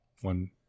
one